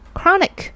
chronic